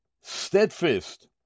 steadfast